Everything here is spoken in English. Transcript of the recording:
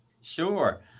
Sure